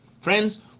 Friends